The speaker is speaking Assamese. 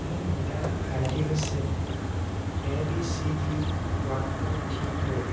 মোৰ মূল্যায়ন আই ডি হৈছে A B C D one two three four